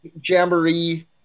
Jamboree